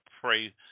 pray